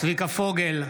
צביקה פוגל,